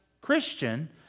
Christian